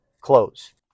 close